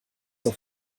auf